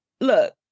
look